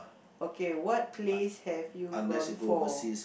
okay what place have you gone for